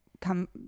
come